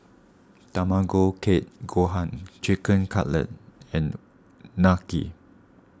Tamago Kake Gohan Chicken Cutlet and Unagi